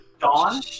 Dawn